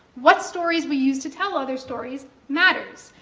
what stories we use to tell other stories matters.